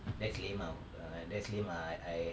that's lame ah err that's lame lah uh I